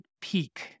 peak